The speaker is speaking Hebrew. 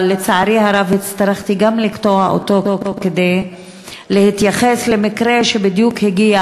אבל לצערי הרב הצטרכתי לקטוע אותו כדי להתייחס למקרה שבדיוק הגיע